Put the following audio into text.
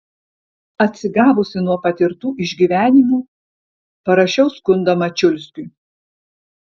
atsigavusi nuo patirtų išgyvenimų parašiau skundą mačiulskiui